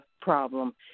problem